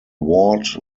ward